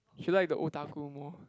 she like the otaku more